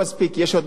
יש עוד מה לעשות,